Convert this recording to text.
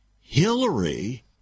Hillary